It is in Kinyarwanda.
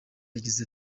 yagize